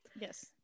Yes